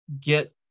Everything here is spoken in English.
get